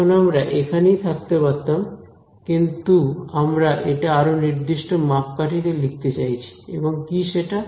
এখন আমরা এখানেই থাকতে পারতাম কিন্তু আমরা এটা আরো নির্দিষ্ট মাপকাঠিতে লিখতে চাইছি এবং কি সেটা